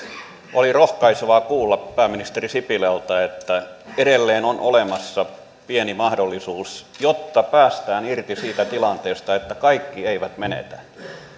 oli rohkaisevaa kuulla pääministeri sipilältä että edelleen on olemassa pieni mahdollisuus jotta päästään irti siitä tilanteesta että kaikki eivät menetä